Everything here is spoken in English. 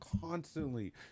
constantly